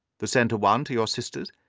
the centre one to your sister's,